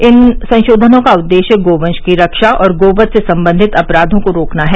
इन संशोधनों का उद्देश्य गोवंश की रक्षा और गो वध से सम्बंधित अपराधों को रोकना है